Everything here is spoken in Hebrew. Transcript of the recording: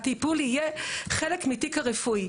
הטיפול יהיה חלק מתיק הרפואי.